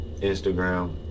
Instagram